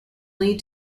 lead